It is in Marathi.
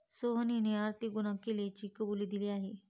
सोहनने आर्थिक गुन्हा केल्याची कबुली दिली आहे